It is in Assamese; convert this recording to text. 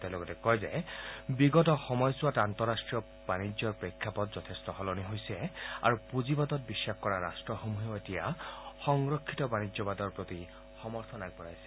তেওঁ লগতে কয় যে বিগত সময়চোৱাত আন্তঃৰাষ্ট্ৰীয় বাণিজ্যৰ প্ৰেক্ষাপট যথেষ্ট সলনি হৈছে আৰু পুঁজিবাদত বিশ্বাস কৰা ৰাট্টসমূহে এতিয়াও সংৰক্ষিত বাণিজ্যবাদৰ প্ৰতি সমৰ্থন আগবঢ়াইছে